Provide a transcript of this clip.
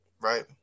Right